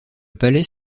palais